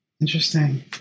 Interesting